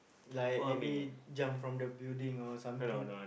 like maybe jump from the building or something